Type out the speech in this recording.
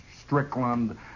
Strickland